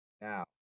Now